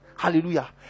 Hallelujah